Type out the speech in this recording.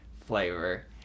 flavor